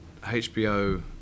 HBO